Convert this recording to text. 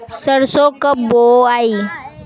सरसो कब बोआई?